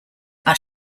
are